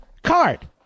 Card